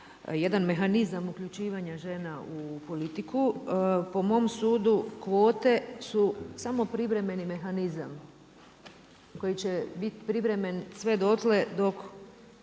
jedan mehanizam uključivanja žena u politiku. Po mom sudu kvote su samo privremeni mehanizam koji će biti privremen sve dotle dok